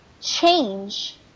change